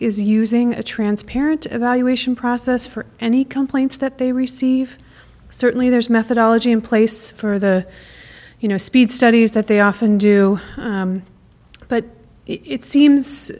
is using a transparent evaluation process for any complaints that they receive certainly there's methodology in place for the you know speed studies that they often do but it seems